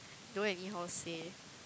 don't anyhow say